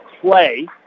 play